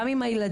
גם עם הילדים,